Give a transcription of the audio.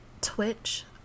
twitch